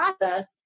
process